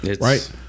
right